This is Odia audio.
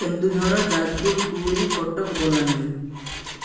କେନ୍ଦୁଝର ଯାଜପୁର ପୁରୀ କଟକ ବଲାଙ୍ଗୀର